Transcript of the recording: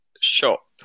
shop